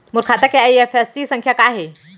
मोर खाता के आई.एफ.एस.सी संख्या का हे?